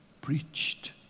preached